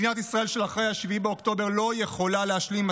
מדינת ישראל של אחרי 7 באוקטובר לא יכולה להשלים עם